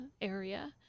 area